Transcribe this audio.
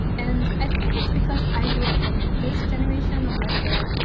and, i think it's because i grew up from this generation of like the.